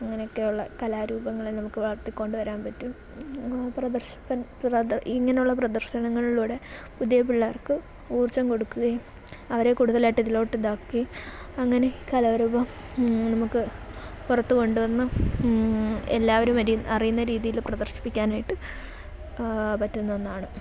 അങ്ങനെയൊക്കെയുള്ള കലാരൂപങ്ങളെ നമുക്ക് വളർത്തിക്കൊണ്ട് വരാൻ പറ്റും പ്രദർശിപ്പൻ പ്രത ഇങ്ങനെയുള്ള പ്രദർശനങ്ങളിലൂടെ പുതിയ പിള്ളേർക്ക് ഊർജജം കൊടുക്കുകയും അവരെ കൂടുതലായിട്ട് ഇതിലോട്ട് ഇതാക്കുകയും അങ്ങനെ കലാരൂപം നമുക്ക് പുറത്തു കൊണ്ടുവന്ന് എല്ലാവരും അരി അറിയുന്ന രീതിയിൽ പ്രദർശിപ്പിക്കാനായിട്ട് പറ്റുന്ന ഒന്നാണ്